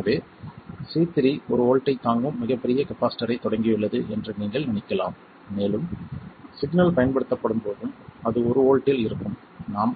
எனவே C3 ஒரு வோல்ட்டைத் தாங்கும் மிகப் பெரிய கப்பாசிட்டர்ரைத் தொடங்கியுள்ளது என்று நீங்கள் நினைக்கலாம் மேலும் சிக்னல் பயன்படுத்தப்படும்போதும் அது ஒரு வோல்ட்டில் இருக்கும் நாம்